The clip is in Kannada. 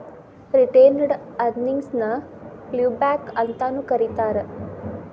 ರಿಟೇನೆಡ್ ಅರ್ನಿಂಗ್ಸ್ ನ ಫ್ಲೋಬ್ಯಾಕ್ ಅಂತಾನೂ ಕರೇತಾರ